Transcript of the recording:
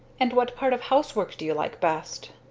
and what part of housework do you like best?